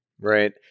Right